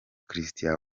christian